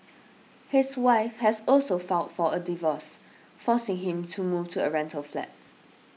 his wife has also filed for a divorce forcing him to move to a rental flat